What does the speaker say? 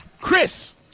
Chris